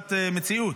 עבודת מציאות.